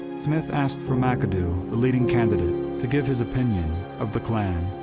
smith asked for mcadoo, the leading candidate, to give his opinion of the klan.